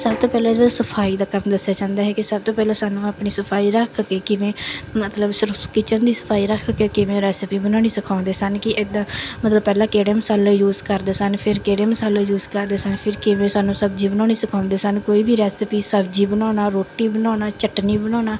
ਸਭ ਤੋਂ ਪਹਿਲਾਂ ਜਿਹੜਾ ਸਫ਼ਾਈ ਦਾ ਕੰਮ ਦੱਸਿਆ ਜਾਂਦਾ ਹੈ ਕਿ ਸਭ ਤੋਂ ਪਹਿਲਾਂ ਸਾਨੂੰ ਆਪਣੀ ਸਫ਼ਾਈ ਰੱਖ ਕੇ ਕਿਵੇਂ ਮਤਲਬ ਸਿਰਫ਼ ਕਿਚਨ ਦੀ ਸਫ਼ਾਈ ਰੱਖ ਕੇ ਕਿਵੇਂ ਰੈਸਪੀ ਬਣਾਉਣੀ ਸਿਖਾਉਂਦੇ ਸਨ ਕਿ ਇੱਦਾਂ ਮਤਲਬ ਪਹਿਲਾਂ ਕਿਹੜੇ ਮਸਾਲੇ ਯੂਜ਼ ਕਰਦੇ ਸਨ ਫਿਰ ਕਿਹੜੇ ਮਸਾਲੇ ਯੂਜ਼ ਕਰਦੇ ਸਨ ਫਿਰ ਕਿਵੇਂ ਸਾਨੂੰ ਸਬਜ਼ੀ ਬਣਾਉਣੀ ਸਿਖਾਉਂਦੇ ਸਨ ਕੋਈ ਵੀ ਰੈਸਪੀ ਸਬਜ਼ੀ ਬਣਾਉਣਾ ਰੋਟੀ ਬਣਾਉਣਾ ਚਟਨੀ ਬਣਾਉਣਾ